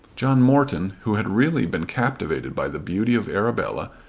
john morton, who had really been captivated by the beauty of arabella,